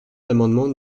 l’amendement